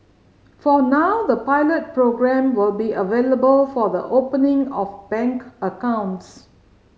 for now the pilot programme will be available for the opening of bank accounts